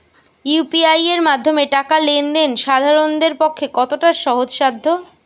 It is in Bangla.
ইউ.পি.আই এর মাধ্যমে টাকা লেন দেন সাধারনদের পক্ষে কতটা সহজসাধ্য?